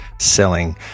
selling